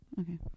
Okay